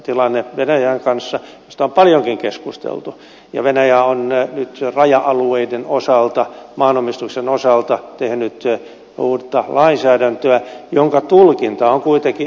tilanne venäjän kanssa on epäselvä mistä on paljonkin keskusteltu ja venäjä on nyt raja alueiden osalta maanomistuksen osalta tehnyt uutta lainsäädäntöä jonka tulkinta on kuitenkin avoin